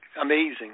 amazing